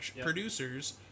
producers